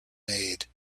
made